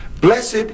Blessed